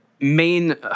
main